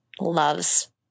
loves